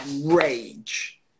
rage